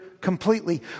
completely